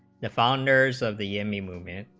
the founders of the emmy movement